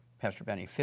pastor benny.